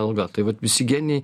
alga tai vat visi genijai